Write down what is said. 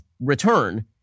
return